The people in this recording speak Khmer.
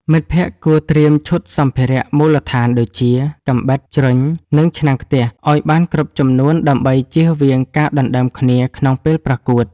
មិត្តភក្តិគួរត្រៀមឈុតសម្ភារៈមូលដ្ឋានដូចជា កាំបិត ជ្រុញ និងឆ្នាំងខ្ទះ ឱ្យបានគ្រប់ចំនួនដើម្បីចៀសវាងការដណ្ដើមគ្នាក្នុងពេលប្រកួត។